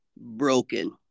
broken